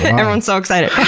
everyone's so excited.